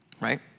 right